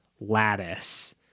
lattice